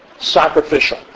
sacrificial